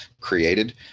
created